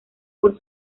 por